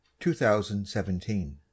2017